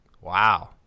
Wow